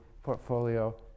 Portfolio